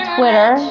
Twitter